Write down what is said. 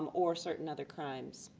or certain other crimes,